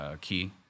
key